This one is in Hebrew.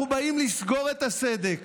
אנחנו באים לסגור את הסדק.